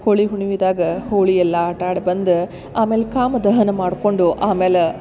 ಹೋಳಿ ಹುಣ್ಮಿದಾಗ ಹೋಳಿ ಎಲ್ಲ ಆಟಾಡಿ ಬಂದು ಆಮೇಲೆ ಕಾಮ ದಹನ ಮಾಡ್ಕೊಂಡು ಆಮೇಲೆ